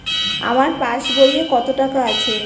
আমার পাস বইয়ে কত টাকা আছে?